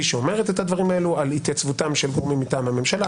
שאומרת את הדברים האלו על התייצבותם של גורמים מטעם הממשלה,